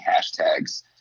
hashtags